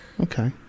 okay